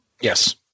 Yes